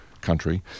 country